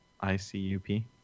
I-C-U-P